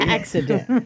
accident